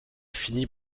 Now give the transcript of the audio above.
finit